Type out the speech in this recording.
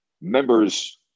members